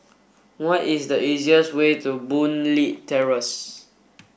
what is the easiest way to Boon Leat Terrace